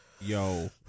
Yo